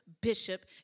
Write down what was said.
Bishop